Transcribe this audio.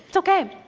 so okay,